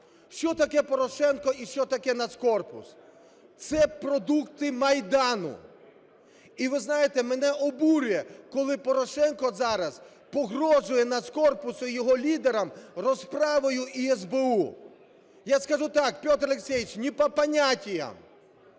Що таке Порошенко і що таке "Нацкорпус"? Це продукти Майдану. І ви знаєте, мене обурює, коли Порошенко зараз погрожує "Нацкорпусу" і його лідерам розправою і СБУ. Я скажу так: Петр Алексеевич, не "по понятиям",